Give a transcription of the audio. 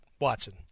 Watson